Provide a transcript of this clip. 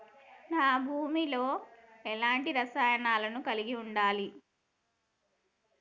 నా భూమి లో ఎలాంటి రసాయనాలను కలిగి ఉండాలి?